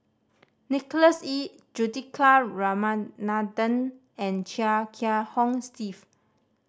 Nicholas Ee Juthika Ramanathan and Chia Kiah Hong Steve